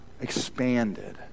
expanded